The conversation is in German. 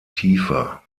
tiefer